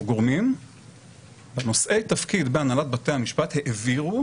גורמים ונושאי תפקיד בהנהלת בתי המשפט העבירו